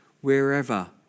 wherever